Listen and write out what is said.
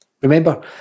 Remember